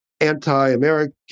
anti-American